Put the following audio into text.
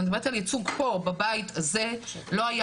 אני מדברת על ייצוג פה,